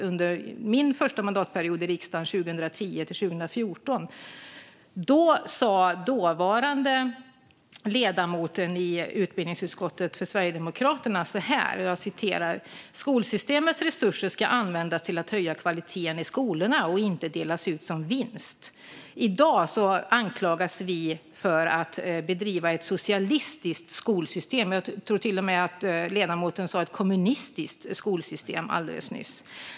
Under min första mandatperiod i riksdagen 2010-2014 sa Sverigedemokraternas dåvarande ledamot i utbildningsutskottet att skolsystemets resurser ska användas till att höja kvaliteten i skolorna och inte delas ut som vinst. I dag anklagas vi för att bedriva ett socialistiskt skolsystem, och jag tror att ledamoten till och med sa ett kommunistiskt skolsystem alldeles nyss.